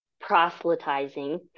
proselytizing